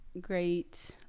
great